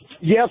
Yes